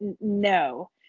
no